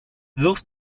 wirf